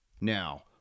Now